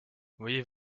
voyez